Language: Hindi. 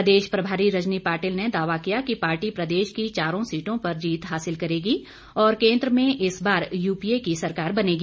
प्रदेश प्रभारी रजनी पाटिल ने दावा किया कि पार्टी प्रदेश की चारों सीटों पर जीत हासिल करेगी और केन्द्र में इस बार यूपीए की सरकार बनेगी